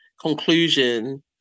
conclusion